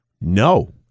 no